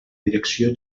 direcció